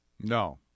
No